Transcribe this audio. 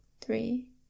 three